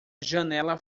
janela